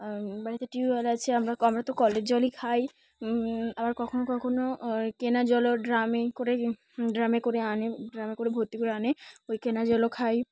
বাড়িতে টিউবওয়েল আছে আমরা আমরা তো কলের জলই খাই আবার কখনও কখনও কেনা জলও ড্রামে করে ড্রামে করে আনে ড্রামে করে ভর্তি করে আনে ওই কেনা জলও খাই